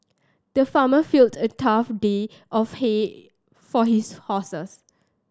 the farmer filled a trough of hay for his horses